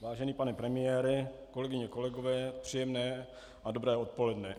Vážený pane premiére, kolegyně, kolegové, příjemné a dobré odpoledne.